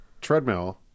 treadmill